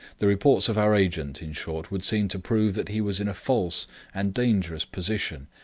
the reports of our agent, in short, would seem to prove that he was in a false and dangerous position,